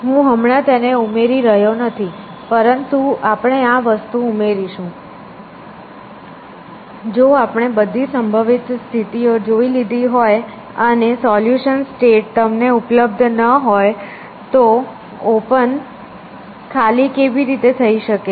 હું હમણાં તેને ઉમેરી રહ્યો નથી પરંતુ આપણે આ વસ્તુ ઉમેરીશું જો આપણે બધી સંભવિત સ્થિતિઓ જોઈ લીધી હોય અને સોલ્યુશન સ્ટેટ તમને ઉપલબ્ધ ન હોય તો ઓપન ખાલી કેવી રીતે થઈ શકે છે